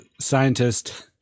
scientist